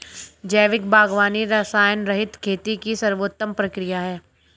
जैविक बागवानी रसायनरहित खेती की सर्वोत्तम प्रक्रिया है